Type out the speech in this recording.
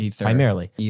primarily